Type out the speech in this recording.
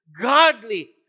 godly